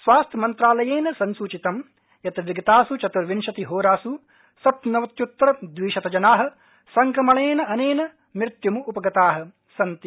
स्वास्थ्यमंत्रालयेन संसृचितं यत् विगतास् चत्र्विंशतिहोरास् सप्तनवत्युत्तर द्विशतजना संक्रमणेनानेन मृत्युम्पगता सन्ति